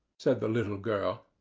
said the little girl.